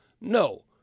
No